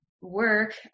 work